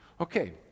Okay